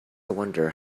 wonder